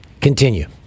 Continue